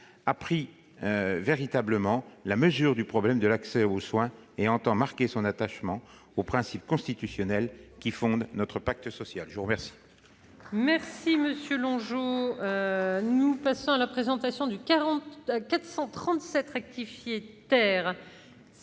a véritablement pris la mesure du problème de l'accès aux soins et qu'il entend marquer son attachement aux principes constitutionnels qui fondent notre pacte social. La parole